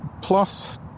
plus